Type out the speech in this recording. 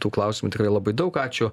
tų klausimų tikrai labai daug ačiū